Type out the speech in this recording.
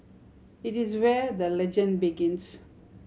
it is where the legend begins